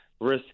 risk